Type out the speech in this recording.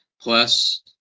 Plus